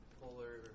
polar